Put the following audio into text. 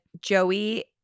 Joey